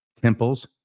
temples